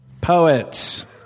Poets